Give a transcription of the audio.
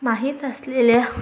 माहित असलेल्या